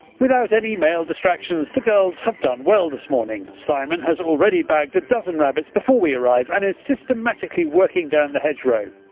without any male distractions the girls have done well this morning. simon has already bagged a dozen rabbits before we arrive and is sytematically working down the hedgerow.